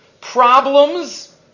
problems